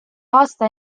aasta